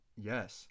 Yes